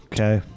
Okay